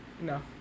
No